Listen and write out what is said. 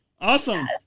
Awesome